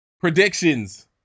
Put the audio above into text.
Predictions